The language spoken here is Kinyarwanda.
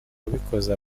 ubikoze